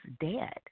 dead